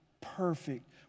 perfect